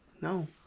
No